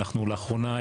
אנחנו לאחרונה,